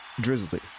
Drizzly